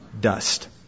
Dust